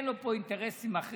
שאין לו פה אינטרסים אחרים,